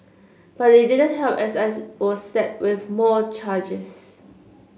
but it didn't help as I was slapped with more charges